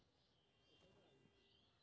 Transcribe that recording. हम अपन लोन के अपन खाता से केना कटायब?